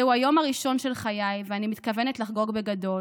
// זהו היום הראשון של חיי / ואני מתכוונת לחגוג בגדול